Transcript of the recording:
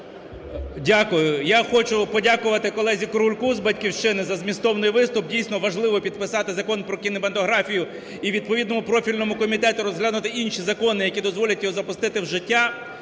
Дякую. Я хочу подякувати колезі Крулько з "Батьківщини" за змістовний виступ. Дійсно важливо підписати Закон про кінематографію і відповідному профільному комітету розглянути і інші закони, які дозволять його запустити в життя.